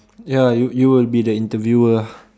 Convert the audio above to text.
ya you you will be the interviewer ah